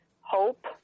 hope